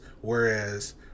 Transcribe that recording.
whereas